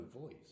voice